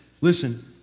listen